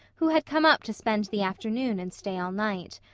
who had come up to spend the afternoon and stay all night.